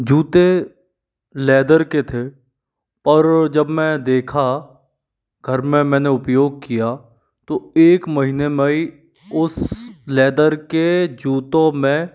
जूते लेदर के थे और जब मैं देखा घर में मैंने उपयोग किया तो एक महीने में ही उस लेदर के जूतों में